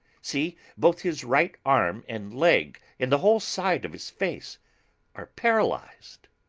see, both his right arm and leg and the whole side of his face are paralysed.